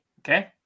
okay